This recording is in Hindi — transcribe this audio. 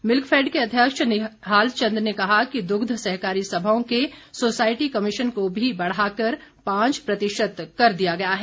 मिल्कफैड के अध्यक्ष निहाल चंद ने कहा कि दुग्ध सहकारी सभाओं के सोसाइटी कमीशन को भी बढ़ाकर पांच प्रतिशत कर दिया गया है